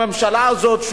בממשלה הזאת,